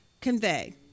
convey